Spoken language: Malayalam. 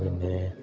പിന്നെ